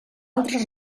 altres